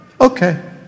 okay